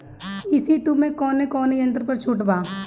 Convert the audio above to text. ई.सी two मै कौने कौने यंत्र पर छुट बा?